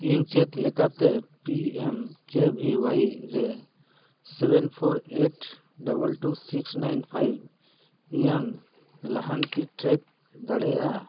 ᱤᱧ ᱪᱮᱫ ᱞᱮᱠᱟᱛᱮ ᱯᱤ ᱮᱢ ᱠᱮ ᱵᱷᱤ ᱚᱣᱟᱭ ᱨᱮ seven four eight double two six nine five ᱤᱧᱟᱹᱜ ᱞᱟᱦᱟᱱᱛᱤ ᱴᱨᱮᱠ ᱫᱟᱲᱮᱭᱟᱜᱼᱟ